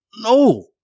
No